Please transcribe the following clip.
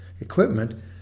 equipment